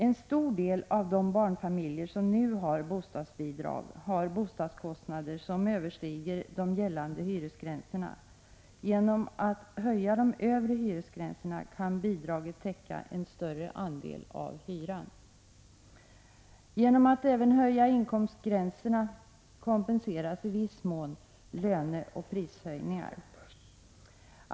En stor del av de barnfamiljer som nu har bostadsbidrag har bostadskostnader som överstiger de gällande hyresgränserna. Genom att höja de övre hyresgränserna kan bidraget täcka en större andel av hyran. Genom att man även höjer inkomstgränserna kompenseras i viss mån löneoch prishöjningar.